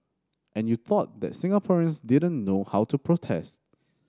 and you thought that Singaporeans didn't know how to protest